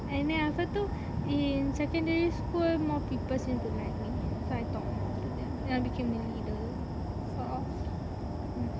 and then apa tu in secondary school more people seem to like me so I talk more to them then I became the leader sort of mm